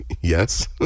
Yes